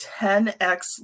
10x